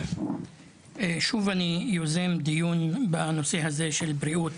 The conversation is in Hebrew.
שוב אני יוזם דיון בנושא של בריאות